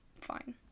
fine